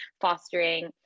fostering